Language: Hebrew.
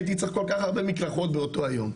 הייתי צריך כל כך הרבה מקלחות באותו יום.